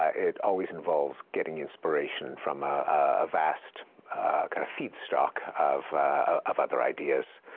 ah it always involves getting inspiration from a vast kind of feedstock of of other ideas.